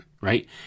right